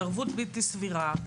התערבות בלתי סבירה.